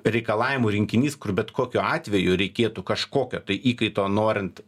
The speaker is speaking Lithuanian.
reikalavimų rinkinys kur bet kokiu atveju reikėtų kažkokio tai įkaito norint